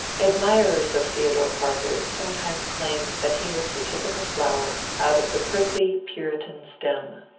admirers of theodore parker sometimes claimed that he was the typical flower out of the prickly puritan stem.